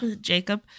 Jacob